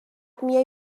میای